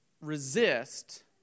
resist